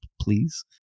please